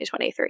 2023